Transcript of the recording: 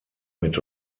mit